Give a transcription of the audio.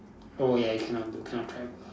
oh ya you cannot do cannot climb